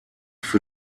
für